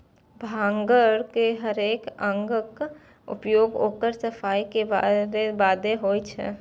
भांगक हरेक अंगक उपयोग ओकर सफाइ के बादे होइ छै